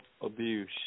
abuse